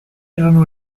erano